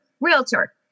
realtor